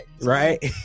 right